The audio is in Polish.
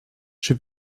czy